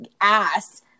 ass